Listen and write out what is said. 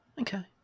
Okay